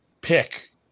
pick